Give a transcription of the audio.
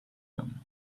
them